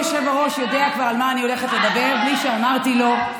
כבוד היושב-ראש כבר יודע על מה אני הולכת לדבר בלי שאמרתי לו.